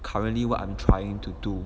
currently what I'm trying to do